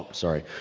sorry.